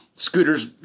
Scooter's